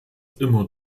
immer